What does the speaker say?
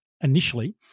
initially